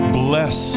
bless